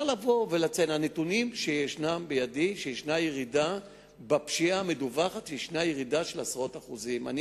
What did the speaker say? לפי הנתונים שבידי יש ירידה של עשרות אחוזים בפשיעה המדווחת.